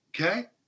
okay